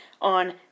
on